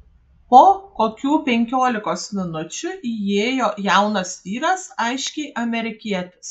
po kokių penkiolikos minučių įėjo jaunas vyras aiškiai amerikietis